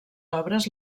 obres